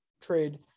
trade